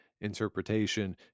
interpretation